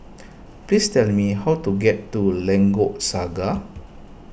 please tell me how to get to Lengkok Saga